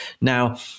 Now